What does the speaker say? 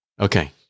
Okay